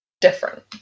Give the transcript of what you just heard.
different